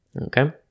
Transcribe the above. Okay